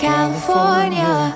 California